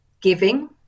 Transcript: giving